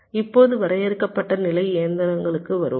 இப்போது வரையறுக்கப்பட்ட நிலை இயந்திரங்களுக்கு வருவோம்